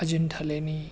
अजिंठा लेणी